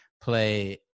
play